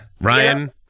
Ryan